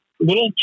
little